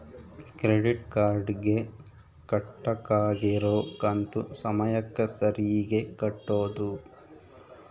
credit card ಗೆ ಕಟ್ಬಕಾಗಿರೋ ಕಂತು ಸಮಯಕ್ಕ ಸರೀಗೆ ಕಟೋದು